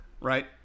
Right